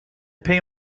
pay